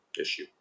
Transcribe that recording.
issue